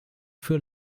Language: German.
für